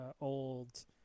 old